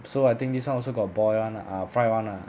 so I think this [one] also got boil [one] ah fry [one] ah